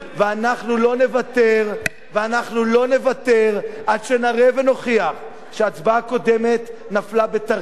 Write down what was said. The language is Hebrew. אנחנו לא נוותר עד שנראה ונוכיח שההצבעה הקודמת נפלה בתרגיל.